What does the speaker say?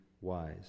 wise